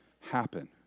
happen